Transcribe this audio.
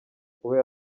kuba